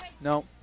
No